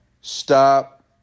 stop